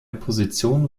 position